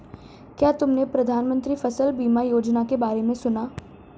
क्या तुमने प्रधानमंत्री फसल बीमा योजना के बारे में सुना?